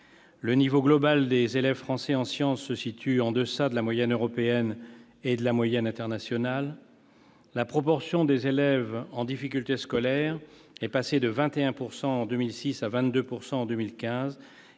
le niveau global des élèves français en sciences se situe en deçà des moyennes européenne et internationale. La proportion des élèves en difficulté scolaire est passée de 21 % en 2006 à 22 % en 2015,